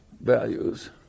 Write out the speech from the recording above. values